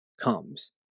comes